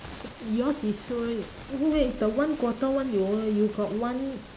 so yours is all red wait the one quarter one you all you got one